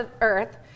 Earth